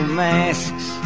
masks